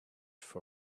for